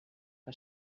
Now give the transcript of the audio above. que